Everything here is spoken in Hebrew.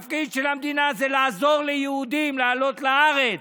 התפקיד של המדינה זה לעזור ליהודים לעלות לארץ.